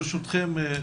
ברשותכם,